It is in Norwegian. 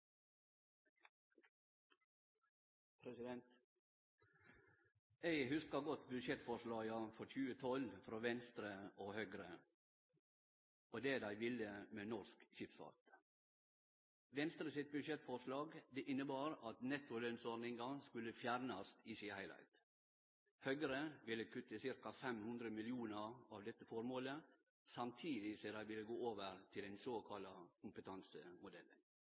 Eg hugsar godt budsjettforslaga for 2012, frå Venstre og Høgre, og det dei ville med norsk skipsfart. Venstre sitt budsjettforslag innebar at nettolønnsordninga skulle fjernast i si heilheit. Høgre ville kutte ca. 500 mill. kr av dette formålet, samtidig som dei ville gå over til den såkalla kompetansemodellen.